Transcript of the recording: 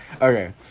okay